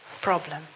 problem